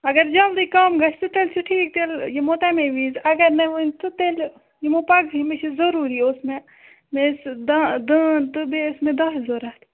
اَگر جَلدی کَم گژھِ تہٕ تیٚلہِ چھُ ٹھیٖک تیٚلہِ یِمو تَمے وِزِ اَگر نَے وُنہِ تہٕ تیٚلہِ یِمو پَگہٕے مےٚ چھِ ضروٗری اوس مےٚ مےٚ ٲسۍ دَ دٲن تہٕ بیٚیہِ ٲس مےٚ دَچھ ضروٗرت